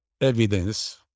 evidence